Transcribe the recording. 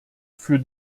für